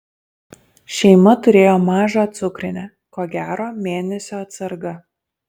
šeima turėjo mažą cukrinę ko gero mėnesio atsarga